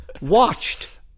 watched